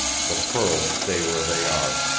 the pearls stay where they are.